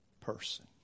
person